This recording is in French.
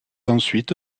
ensuite